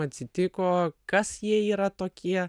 atsitiko kas jie yra tokie